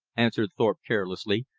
answered thorpe carelessly.